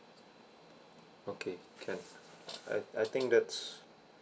okay can I I think that's